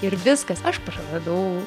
ir viskas aš praradau